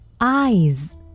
Eyes